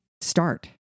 start